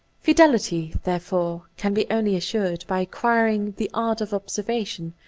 fidelity, therefore, can be only assured by acquiring the art of observation,